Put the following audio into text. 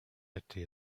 city